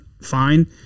fine